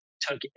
took